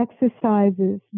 exercises